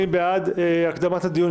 מי בעד הקדמת הדיון?